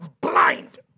blind